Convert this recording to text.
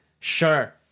sure